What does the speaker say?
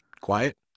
quiet